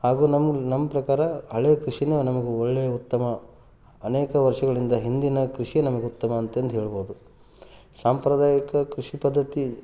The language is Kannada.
ಹಾಗು ನಮ್ಮ ನಮ್ಮ ಪ್ರಕಾರ ಹಳೆಯ ಕೃಷಿಯೇ ನಮಗೆ ಒಳ್ಳೆಯ ಉತ್ತಮ ಅನೇಕ ವರ್ಷಗಳಿಂದ ಹಿಂದಿನ ಕೃಷಿಯೇ ನಮಗೆ ಉತ್ತಮ ಅಂತಂದು ಹೇಳ್ಬೋದು ಸಾಂಪ್ರದಾಯಿಕ ಕೃಷಿ ಪದ್ಧತಿ